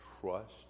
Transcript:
trust